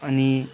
अनि